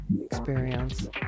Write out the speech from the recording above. experience